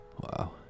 Wow